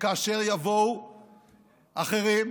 וכאשר יבואו אחרים,